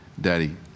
Daddy